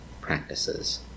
practices